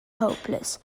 hopeless